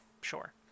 sure